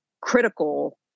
critical